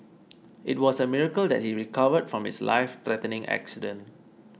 it was a miracle that he recovered from his life threatening accident